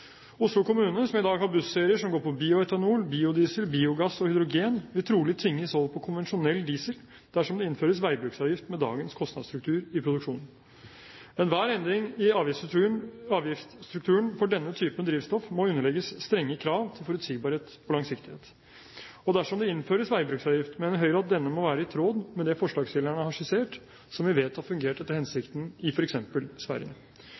Oslo kommune, som i dag har busserier som går på bioetanol, biodiesel, biogass og hydrogen, vil trolig tvinges over på konvensjonell diesel dersom det innføres veibruksavgift med dagens kostnadsstruktur i produksjonen. Enhver endring i avgiftsstrukturen for denne typen drivstoff må underlegges strenge krav til forutsigbarhet og langsiktighet. Dersom det innføres veibruksavgift, mener Høyre at denne må være i tråd med det forslagsstillerne har skissert, som vi vet har fungert etter hensikten i f.eks. Sverige.